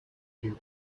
you